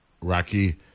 Rocky